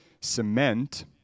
Cement